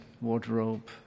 wardrobe